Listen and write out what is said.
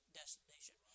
destination